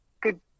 good